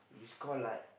is call like